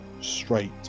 straight